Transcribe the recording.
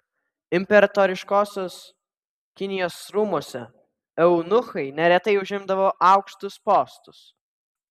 imperatoriškosios kinijos rūmuose eunuchai neretai užimdavo aukštus postus